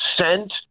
sent